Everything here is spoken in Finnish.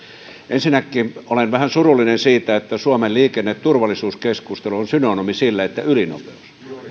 ensinnäkin olen vähän surullinen siitä että suomen liikenneturvallisuuskeskustelu on synonyymi ylinopeudelle